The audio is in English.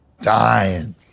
dying